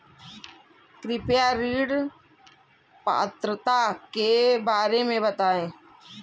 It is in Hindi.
कृपया ऋण पात्रता के बारे में बताएँ?